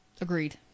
Agreed